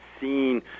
seen